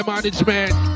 Management